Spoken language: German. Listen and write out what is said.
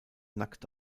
nackt